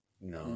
No